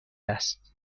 است